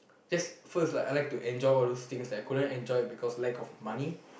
that's first lah I like to enjoy all those things that I couldn't enjoy because lack of money